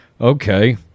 Okay